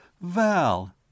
Val